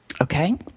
okay